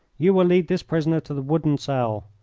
you will lead this prisoner to the wooden cell.